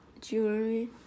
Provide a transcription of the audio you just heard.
jewelry